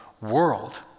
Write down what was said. world